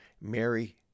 Mary